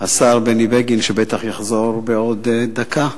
השר בני בגין, שבטח יחזור בעוד דקה,